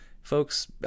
folks